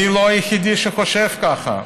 אני לא היחידי שחושב ככה,